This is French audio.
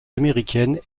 américaines